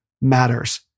matters